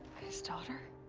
his daughter?